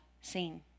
seen